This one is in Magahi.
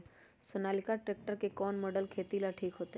सोनालिका ट्रेक्टर के कौन मॉडल खेती ला ठीक होतै?